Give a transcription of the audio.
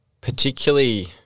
particularly